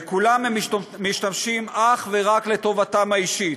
בכולם הם משתמשים אך ורק לטובתם האישית.